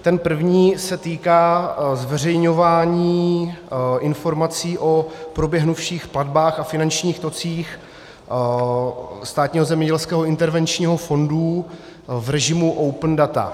Ten první se týká zveřejňování informací o proběhnuvších platbách a finančních tocích Státního zemědělského intervenčního fondu v režimu open data.